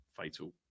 fatal